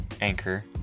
Anchor